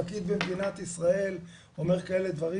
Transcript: פקיד במדינת ישראל אומר כאלה דברים,